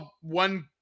one